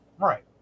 Right